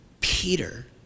Peter